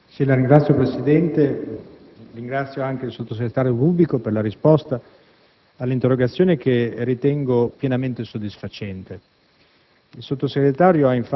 Signor Presidente, ringrazio il sottosegretario Bubbico per la risposta all'interrogazione che ritengo pienamente soddisfacente.